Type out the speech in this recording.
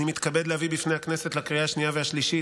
אני מתכבד להביא בפני הכנסת לקריאה השנייה והשלישית